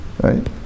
Right